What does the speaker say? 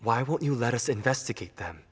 why won't you let us investigate them